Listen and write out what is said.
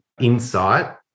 insight